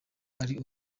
ari